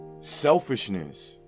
selfishness